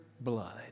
blood